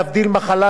להבדיל ממחלה,